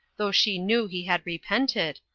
though she knew he had repented,